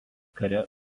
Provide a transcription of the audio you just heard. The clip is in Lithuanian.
kare